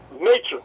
nature